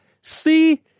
See